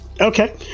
Okay